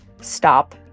stop